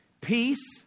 Peace